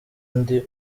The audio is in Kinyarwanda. ndi